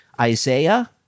Isaiah